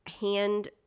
hand